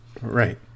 Right